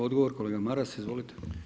Odgovor kolega Maras, izvolite.